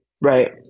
Right